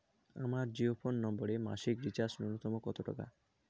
আমার জিও ফোন নম্বরে মাসিক রিচার্জ নূন্যতম কত টাকা?